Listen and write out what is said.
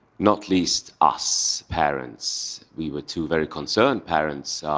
not least us parents. we were two very concerned parents.